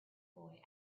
boy